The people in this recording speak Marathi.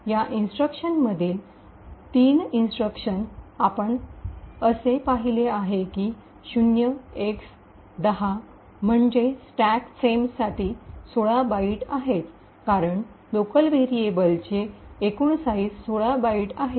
ह्या इंस्ट्रक्शन मधील फंक्शन मधील 3 इंस्ट्रक्शन आपण असे पाहिले की 0x10 म्हणजे स्टॅक फ्रेमसाठी १६ बाइट आहेत कारण लोकल व्हेरिएबल्सचे एकूण साईज १६ बाइट आहे